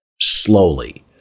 slowly